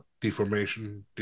Deformation